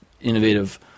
innovative